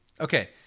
okay